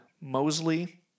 Mosley